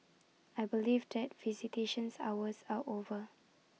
I believe that visitations hours are over